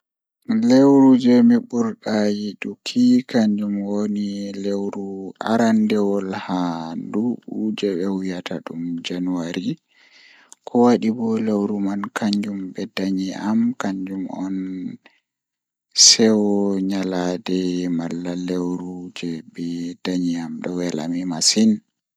Lewru jei mi burdaa yiduki kanjum woni lewru jei arandewol haa nduubu kanjum be wiyata janwari ko wadi bo lewru nai kanjum be danyi amkanjum on seyo malla nyalande lewru be danyi am den don wela mi masin.